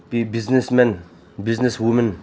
business men business women